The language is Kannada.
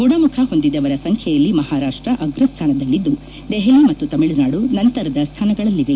ಗುಣಮುಖ ಹೊಂದಿದವರ ಸಂಖ್ಯೆಯಲ್ಲಿ ಮಹಾರಾಷ್ಷ ಅಗ್ರ ಸ್ಥಾನದಲ್ಲಿದ್ದು ದೆಹಲಿ ಮತ್ತು ತಮಿಳುನಾಡು ನಂತರದ ಸ್ವಾನಗಳಲ್ಲಿವೆ